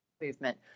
movement